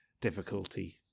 difficulty